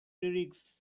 lyrics